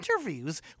interviews